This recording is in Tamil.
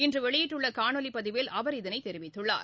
இன்றுவெளியிட்டுள்ளகாணொலிப் பதிவில் அவர் இதனைத் தெரிவித்துள்ளார்